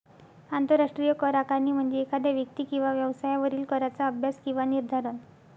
आंतरराष्ट्रीय कर आकारणी म्हणजे एखाद्या व्यक्ती किंवा व्यवसायावरील कराचा अभ्यास किंवा निर्धारण